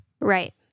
Right